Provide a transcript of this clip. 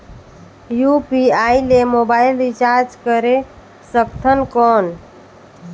UPI ले mobile recharge करे सकथन कौन?